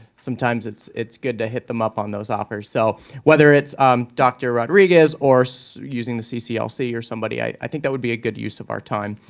sometimes it's it's good to hit them up on those offers. so whether it's um dr. rodriguez or so using the cclc or somebody, i think that would be a good use of our time.